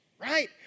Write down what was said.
right